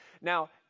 Now